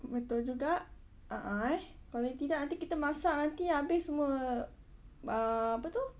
betul juga uh uh eh paling tidak nanti kita masak nanti habis semua uh apa itu